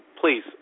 please